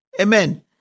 Amen